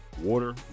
Water